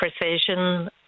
precision